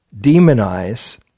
demonize